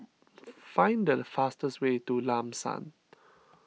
find the fastest way to Lam San